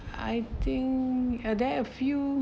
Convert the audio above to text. I think are there a few